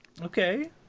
okay